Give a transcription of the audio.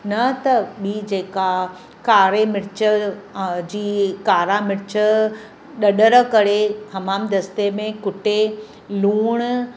न त ॿी जेका कारे मिर्च अ जी कारा मिर्च ॾॾरु करे हमाम दस्ते में कुटे लूणु